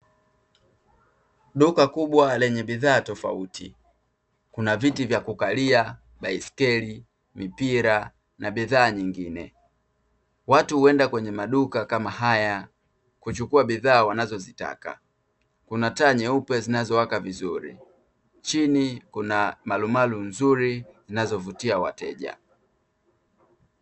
Duka kubwa lenye bidhaa tofauti. Kuna viti vya kukalia, baiskeli, mipira na bidhaa nyingine. Watu huenda kwenye maduka kama haya kuchukua bidhaa wanazozitaka. Kuna taa nyeupe zinazowaka vizuri, na chini kuna malumalu nzuri zinazovutia wateja.